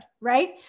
right